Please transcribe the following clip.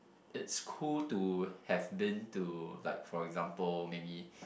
it's cool to have been to like for example maybe